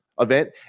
event